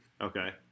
Okay